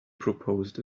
proposed